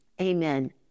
amen